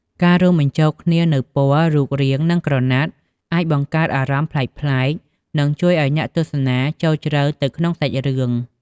ការរួមបញ្ចូលគ្នានូវពណ៌ រូបរាង និងក្រណាត់ អាចបង្កើតអារម្មណ៍ប្លែកៗ និងជួយឱ្យអ្នកទស្សនាចូលជ្រៅទៅក្នុងសាច់រឿង។